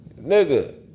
Nigga